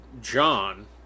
John